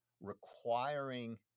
requiring